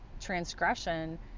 transgression